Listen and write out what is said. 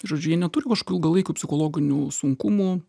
žodžiu jie neturi kažkokių ilgalaikių psichologinių sunkumų